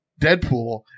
Deadpool